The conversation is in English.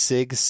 Sig